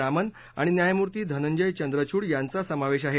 रामन आणि न्यायमूर्ती धनंजय चंद्रचूड यांचा समावेश आहे